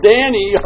Danny